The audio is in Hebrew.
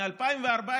מ-2014,